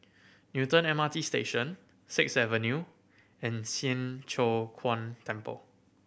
Newton M R T Station Sixth Avenue and Siang Cho Keong Temple